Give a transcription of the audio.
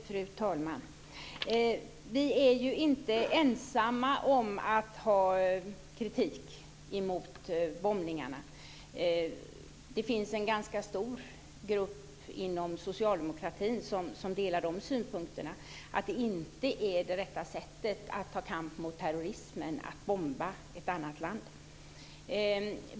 Fru talman! Vi är inte ensamma om att rikta kritik mot bombningarna. Det finns en ganska stor grupp inom socialdemokratin som delar synpunkten att det inte är det rätta sättet att ta kamp mot terrorismen att bomba ett annat land.